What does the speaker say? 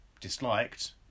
disliked